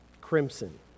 crimson